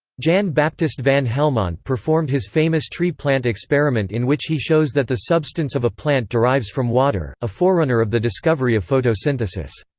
jan baptist van helmont performed his famous tree plant experiment in which he shows that the substance of a plant derives from water, a forerunner of the discovery of photosynthesis.